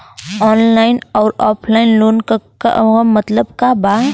Online अउर offline loan क मतलब का बा?